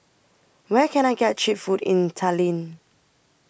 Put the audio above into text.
Where Can I get Cheap Food in Tallinn